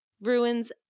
ruins